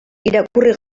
irakurri